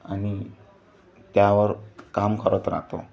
आणि त्यावर काम करत राहतो